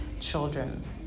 children